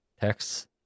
texts